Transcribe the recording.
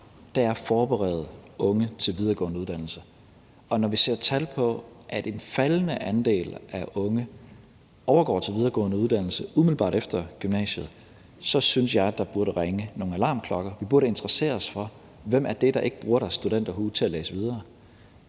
er at forberede unge til videregående uddannelse. Og når vi ser tal, der viser, at en faldende andel af unge overgår til videregående uddannelse umiddelbart efter gymnasiet, så synes jeg, der burde ringe nogle alarmklokker. Vi burde interessere os for, hvem det er, der ikke bruger deres studenterhue til at læse videre,